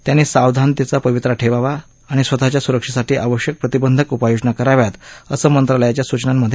त्यांनी सावधतेचा पवित्रा ठेवावा आणि स्वतःच्या सुरक्षेसाठी आवश्यक प्रतिबंधक उपाययोजना कराव्यात असं मंत्रालयाच्या सूचनांमध्ये म्हटलं आहे